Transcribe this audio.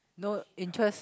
no interest